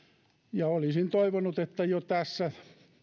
ja olisin toivonut että jo tässä